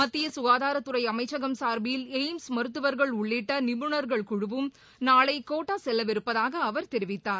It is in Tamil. மத்திய சுகாதாரத்துறை அமைச்சகம் சார்பில் எய்ம்ஸ் மருத்துவர்கள் உள்ளிட்ட நிபுணர்கள் குழுவும் நாளை கோட்டா செல்லவிருப்பதாக அவர் தெரிவித்தார்